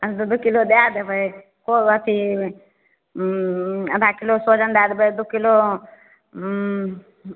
दू दू किलो दै देबै ओ अथि अधा किलो सोहजन दै देबै दू किलो